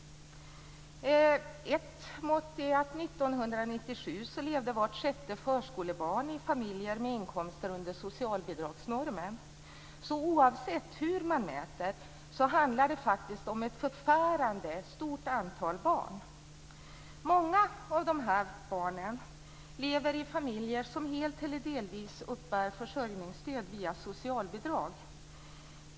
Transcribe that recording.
Ett mått är att vart sjätte förskolebarn 1997 levde i familjer med inkomster under socialbidragsnormen. Oavsett hur man mäter handlar det faktiskt om ett förfärande stort antal barn. Många av dessa barn lever i familjer som helt eller delvis uppbär försörjningsstöd via socialbidrag.